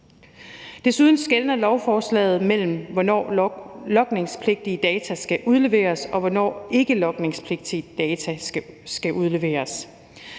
Desuden skelner lovforslaget mellem, hvornår logningspligtige data skal udleveres, og hvornår ikkelogningspligtige data skal udleveres.